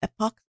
epoxy